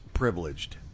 privileged